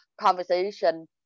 conversation